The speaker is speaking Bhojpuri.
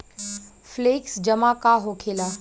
फ्लेक्सि जमा का होखेला?